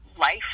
life